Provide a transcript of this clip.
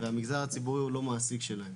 והמגזר הציבורי הוא לא המעסיק שלהם.